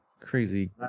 crazy